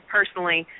Personally